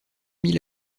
mil